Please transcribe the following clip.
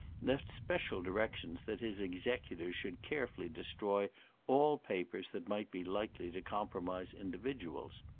left special directions that his executors should carefully destroy all papers that might be likely to compromise individuals.